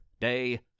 day